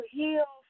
heal